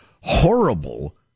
horrible